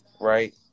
right